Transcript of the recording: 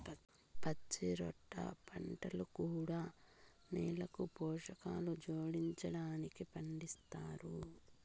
పచ్చిరొట్ట పంటలు కూడా నేలకు పోషకాలు జోడించడానికి పండిస్తారు